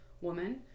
woman